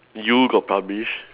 you got published